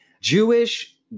Jewish